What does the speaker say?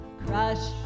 crush